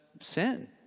sin